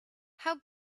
how